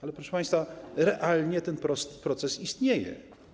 Ale proszę państwa, realnie ten proces istnieje.